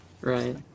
Right